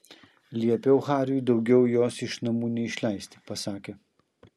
liepiau hariui daugiau jos iš namų neišleisti pasakė